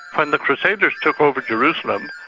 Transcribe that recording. when the crusaders took over jerusalem,